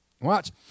Watch